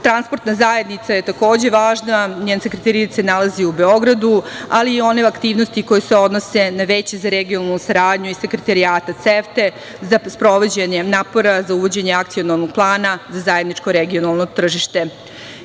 Balkana. Transportna zajednica je takođe važna, njen Sekretarijat se nalazi u Beogradu, ali i one aktivnosti koje se odnose na Veće za regionalnu saradnju i Sekretarijata CEFT-e za sprovođenje napora za uvođenje akcionog plana za zajedničko regionalno tržište. Danas